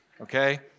okay